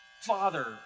Father